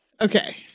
Okay